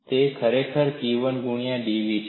તે ખરેખર P1 ગુણ્યા dv છે